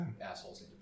Assholes